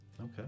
Okay